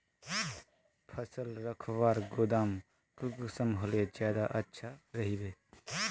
फसल रखवार गोदाम कुंसम होले ज्यादा अच्छा रहिबे?